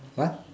what